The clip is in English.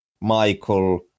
Michael